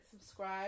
subscribe